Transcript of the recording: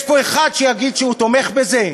יש פה אחד שיגיד שהוא תומך בזה?